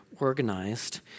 Organized